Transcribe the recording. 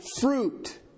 fruit